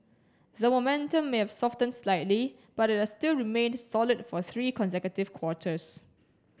the momentum may have softened slightly but it has still remained solid for three consecutive quarters